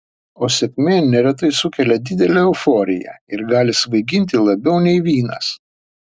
o sėkmė neretai sukelia didelę euforiją ir gali svaiginti labiau nei vynas